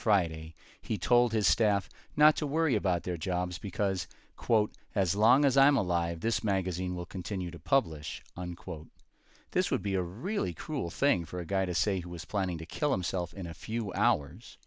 friday he told his staff not to worry about their jobs because quote as long as i'm alive this magazine will continue to publish unquote this would be a really cruel thing for a guy to say he was planning to kill himself in a few hours